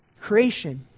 creation